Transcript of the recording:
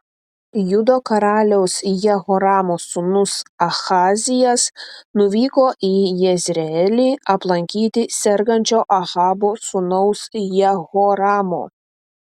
judo karaliaus jehoramo sūnus ahazijas nuvyko į jezreelį aplankyti sergančio ahabo sūnaus jehoramo